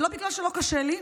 ולא בגלל שלא קשה לי,